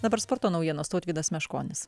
dabar sporto naujienos tautvydas meškonis